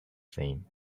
same